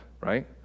right